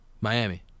Miami